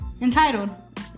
entitled